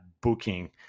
booking